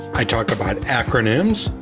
i talk about acronyms,